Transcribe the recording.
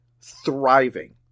thriving